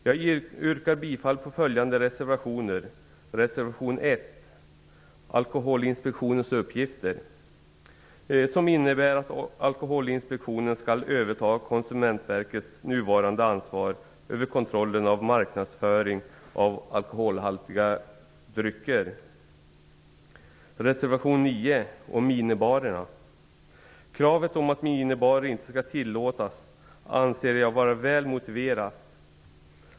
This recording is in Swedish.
Jag yrkar bifall till följande reservationer. Reservation 9 om minibarerna. Kravet att minibarer inte skall tillåtas anser jag vara väl motiverad.